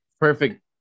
perfect